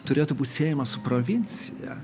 turėtų būt siejama su provincija